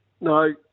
No